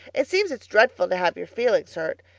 it seems it's dreadful to have your feelings hurt.